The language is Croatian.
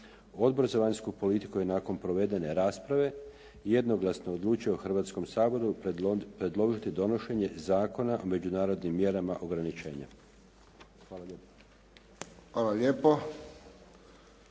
Odbor za vanjsku politiku je nakon provedene rasprave jednoglasno odlučio Hrvatskom saboru predložiti donošenje Zakona o međunarodnim mjerama ograničenja. Hvala lijepa.